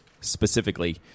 specifically